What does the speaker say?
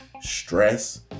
stress